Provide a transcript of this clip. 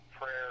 prayer